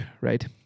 right